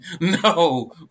no